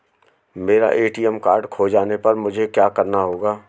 मेरा ATM card खो जाने पर मुझे क्या करना होगा?